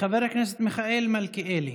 חבר הכנסת מיכאל מלכיאלי,